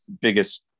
biggest